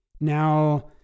Now